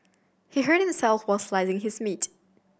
he hurt himself while slicing his meat